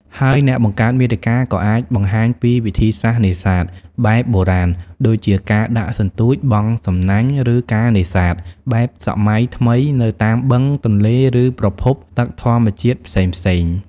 ហើយអ្នកបង្កើតមាតិកាក៏អាចបង្ហាញពីវិធីសាស្រ្តនេសាទបែបបុរាណ ដូចជាការដាក់សន្ទូច បង់សំណាញ់ ឬ ការនេសាទបែបសម័យថ្មីនៅតាមបឹង ទន្លេ ឬប្រភពទឹកធម្មជាតិផ្សេងៗ។